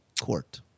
Court